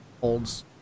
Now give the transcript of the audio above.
holds